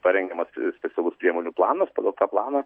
parengiamas specialus priemonių planas pagal planą